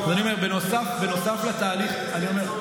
אני אומר,